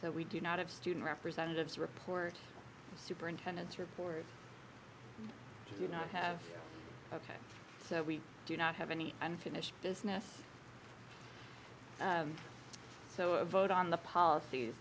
so we do not have student representatives report superintendents report did not have ok so we do not have any unfinished business so a vote on the policies